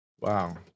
Wow